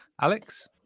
Alex